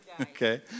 Okay